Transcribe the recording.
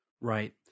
Right